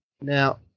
Now